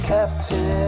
Captain